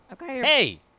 Hey